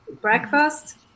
breakfast